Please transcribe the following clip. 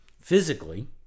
physically